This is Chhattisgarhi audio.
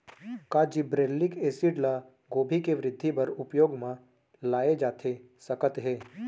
का जिब्रेल्लिक एसिड ल गोभी के वृद्धि बर उपयोग म लाये जाथे सकत हे?